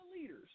leaders